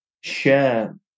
share